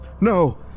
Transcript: No